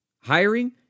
hiring